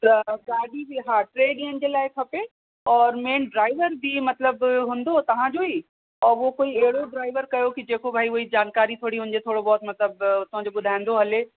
त गाॾी बि हा टे ॾींहंनि जे लाइ खपे और मेन ड्राइवर जीअं मतलबु हूंदो तव्हांजो ही और उहो कोई अहिड़ो ड्राइवर कयो कि जेको भाई उहो ई जानकारी थोरी हुजे थोरो मतलबु उतां जो ॿुधाईंदो हले